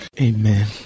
Amen